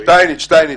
שטייניץ אשם.